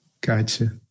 Gotcha